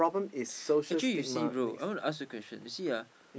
actually you see bro I want to ask a question you see ah